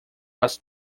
was